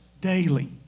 daily